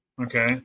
okay